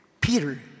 Peter